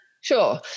Sure